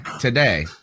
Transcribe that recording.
Today